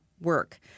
work